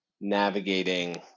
navigating